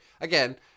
again